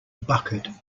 bucket